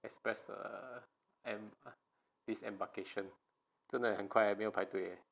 express err and em~ disembarkation 真的 eh 很快没有排队